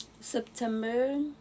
September